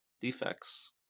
Defects